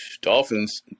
Dolphins